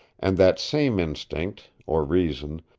and that same instinct, or reason,